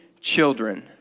children